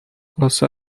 also